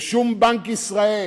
ובנק ישראל